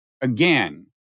again